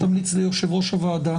שתמליץ ליושב ראש הוועדה